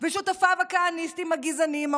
ושותפיו הכהניסטים הגזעניים,